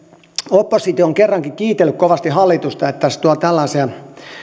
oppositio on kerrankin kiitellyt kovasti hallitusta että tässä tuo tällaisia